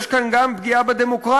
יש כאן גם פגיעה בדמוקרטיה,